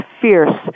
fierce